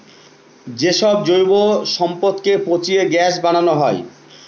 যে সব জৈব সম্পদকে পচিয়ে গ্যাস বানানো হয়